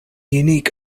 unique